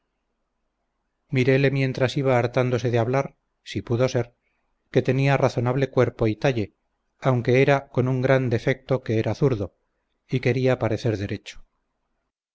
miréle mientras iba hartándose de hablar si pudo ser que tenía razonable cuerpo y talle aunque era con un gran defecto que era zurdo y quería parecer derecho